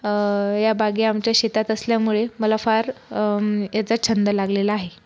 या बागा आमच्या शेतात असल्यामुळे मला फार याचा छंद लागलेला आहे